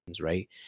Right